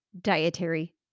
dietary